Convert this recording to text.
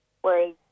whereas